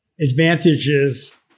advantages